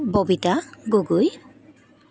Babita Gogoi